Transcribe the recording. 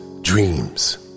dreams